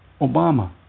Obama